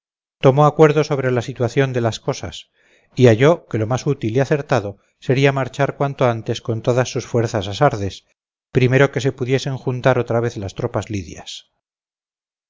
tomó acuerdo sobre la situación de las cosas y halló que lo más útil y acertado sería marchar cuanto antes con todas sus fuerzas a sardes primero que se pudiesen juntar otra vez las tropas lydias